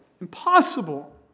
impossible